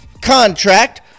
contract